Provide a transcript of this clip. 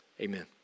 amen